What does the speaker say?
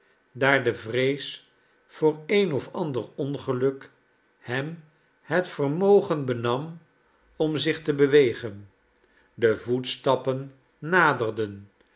daar de vrees voor een of ander ongeluk hem het vermogen benam om zich te bewegen de voetstappen naderden